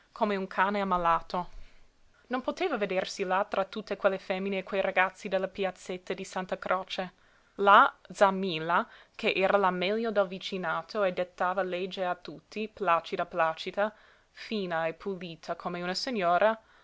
come un cane ammalato non poteva vedersi là tra tutte quelle femmine e quei ragazzi della piazzetta di santa croce la z'a milla ch'era la meglio del vicinato e dettava legge a tutti placida placida fina e pulita come una signora